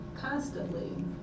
constantly